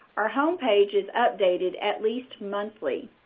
our homepage is updated at least monthly.